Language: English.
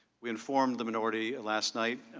we informed the minority last night